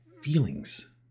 feelings